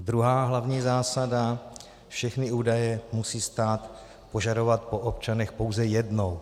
Druhá hlavní zásada: Všechny údaje musí stát požadovat po občanech pouze jednou.